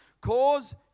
Cause